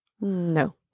no